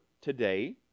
today